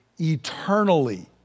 eternally